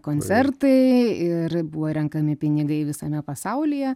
koncertai ir buvo renkami pinigai visame pasaulyje